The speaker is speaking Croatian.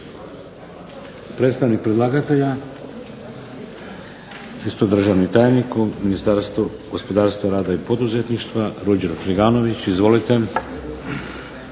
Predstavnik predlagatelja, isto državni tajnik u Ministarstvu gospodarstva, rada i poduzetništva Ruđer Friganović. Izvolite.